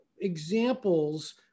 examples